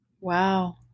Wow